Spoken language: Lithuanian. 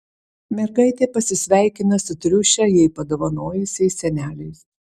mergaitė pasisveikina su triušę jai padovanojusiais seneliais